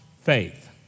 faith